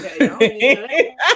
Okay